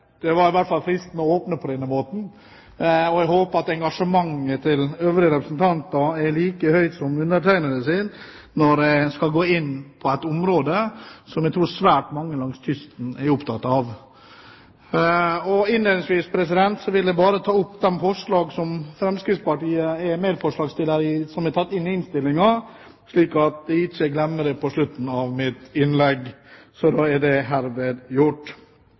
Det var i hvert fall fristende å åpne på denne måten, og jeg håper at engasjementet til de øvrige representanter er like stort som undertegnedes når jeg skal gå inn på et område som jeg tror svært mange langs kysten er opptatt av. Innledningsvis vil jeg bare ta opp de forslagene der Fremskrittspartiet er medforslagsstillere, og som er tatt inn i innstillingen, slik at jeg ikke glemmer det på slutten av mitt innlegg. Da er det herved gjort.